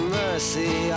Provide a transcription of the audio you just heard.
mercy